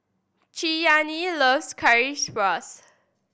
Cheyanne loves Currywurst